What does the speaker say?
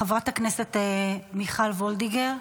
חברת הכנסת מיכל וולדיגר,